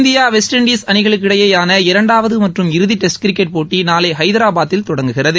India West Indies அணிகளுக்கிடையேயாள இரண்டாவது மற்றும் இறுதி டெஸ்ட் கிரிக்கெட் போட்டி நாளை ஹைதராபாத்தில் தொடங்குகிறது